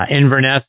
Inverness